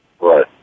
Right